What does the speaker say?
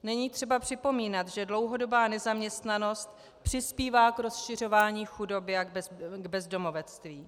Není třeba připomínat, že dlouhodobá nezaměstnanost přispívá k rozšiřování chudoby a k bezdomovectví.